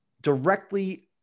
directly